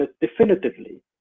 definitively